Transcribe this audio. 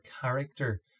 character